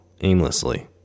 aimlessly